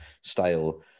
style